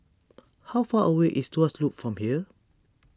how far away is Tuas Loop from here